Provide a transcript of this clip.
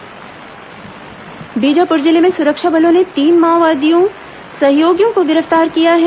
माओवादी गिरफ्तार बीजाप्र जिले में सुरक्षा बलों ने तीन माओवादी सहयोगियों को गिरफ्तार किया है